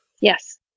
yes